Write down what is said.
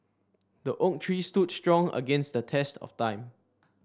the oak tree stood strong against the test of time